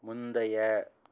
முந்தைய